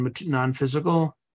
non-physical